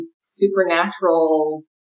supernatural